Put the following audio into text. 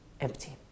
empty